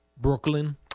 Brooklyn